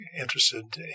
interested